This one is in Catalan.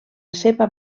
seva